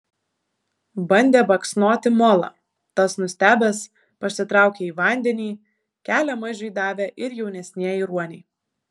bandė baksnoti molą tas nustebęs pasitraukė į vandenį kelią mažiui davė ir jaunesnieji ruoniai